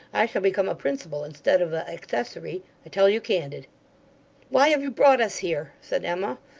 i shall become a principal instead of a accessory. i tell you candid why have you brought us here said emma.